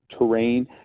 terrain